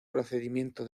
procedimiento